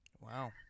Wow